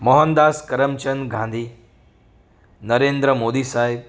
Mohandas Karamchand Gandhi Narendra Modi Saheb